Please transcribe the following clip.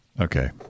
Okay